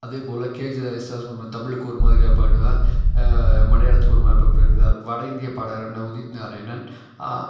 அதேப்போல கேஜெ யேசுதாஸ் தமிழுக்கு ஒருமாரியா பாடுவார் மலையாளத்துக்கு ஒருமாரியா பாடுவார் வட இந்திய பாடகரான உதித் நாராயணன்